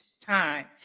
time